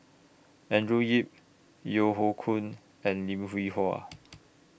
Andrew Yip Yeo Hoe Koon and Lim Hwee Hua